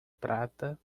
prata